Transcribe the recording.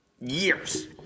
years